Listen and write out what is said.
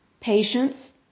patience